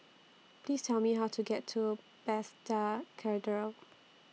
Please Tell Me How to get to Bethesda Cathedral